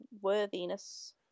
worthiness